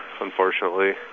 unfortunately